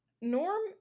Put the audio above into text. Norm